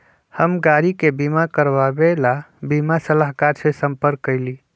हम गाड़ी के बीमा करवावे ला बीमा सलाहकर से संपर्क कइली